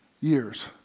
years